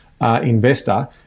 investor